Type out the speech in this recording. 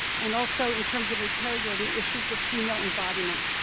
and also in terms of interrogating issues of female embodiment,